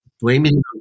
blaming